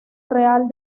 real